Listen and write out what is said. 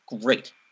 Great